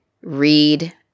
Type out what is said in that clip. read